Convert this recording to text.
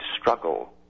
struggle